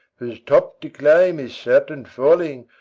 whose top to climb is certain falling,